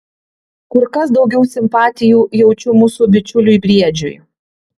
kur kas daugiau simpatijų jaučiu mūsų bičiuliui briedžiui